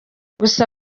gusa